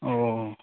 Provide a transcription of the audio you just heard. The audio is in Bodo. अ